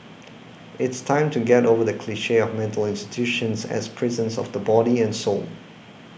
it's time to get over the cliche of mental institutions as prisons of the body and soul